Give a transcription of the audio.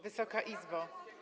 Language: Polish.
Wysoka Izbo!